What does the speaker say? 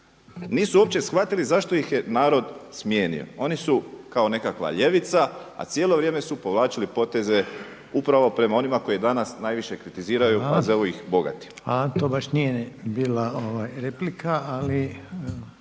nisu uopće shvatili zašto ih je narod smijenio. Oni su kao nekakva ljevica, a cijelo vrijeme su povlačili poteze upravo prema onima koji je danas najviše kritiziraju, a zovu ih bogatima. **Reiner, Željko